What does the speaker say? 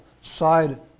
side